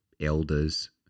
elders